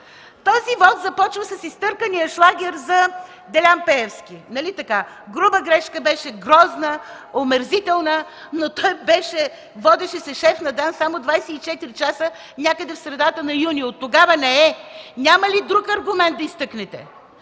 Този вот започна с изтъркания шлагер за Делян Пеевски. Нали така? Груба грешка беше, грозна, омерзителна, но той се водеше шеф на ДАНС само 24 часа някъде в средата на юни. Оттогава не е. Няма ли да изтъкнете